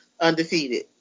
undefeated